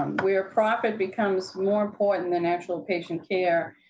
um where profit becomes more important than actual patient care,